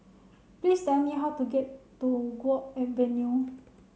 please tell me how to get to Guok Avenue